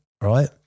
right